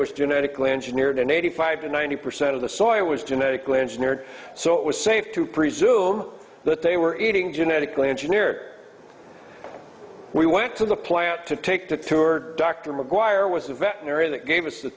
was genetically engineered and eighty five to ninety percent of the soil was genetically engineered so it was safe to presume that they were eating genetically engineer we went to the plant to take the tour dr maguire was a veterinarian that gave us the